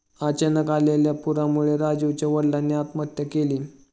अचानक आलेल्या पुरामुळे राजीवच्या वडिलांनी आत्महत्या केली